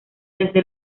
desde